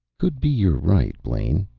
could be you're right, blaine.